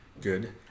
good